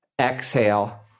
Exhale